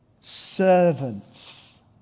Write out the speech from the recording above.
servants